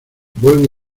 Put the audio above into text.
buen